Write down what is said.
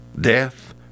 death